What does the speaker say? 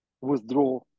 withdraw